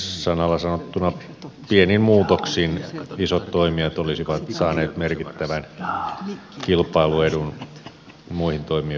sanalla sanottuna pienin muutoksin isot toimijat olisivat saaneet merkittävän kilpailuedun muihin toimijoihin nähden